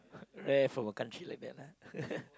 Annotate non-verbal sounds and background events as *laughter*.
rare from a country like that lah *laughs*